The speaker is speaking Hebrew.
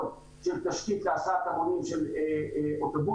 של תשתית להסעת המונים של אוטובוסים,